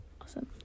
Awesome